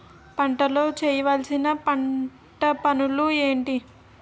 పంటలో చేయవలసిన పంటలు పనులు ఏంటి?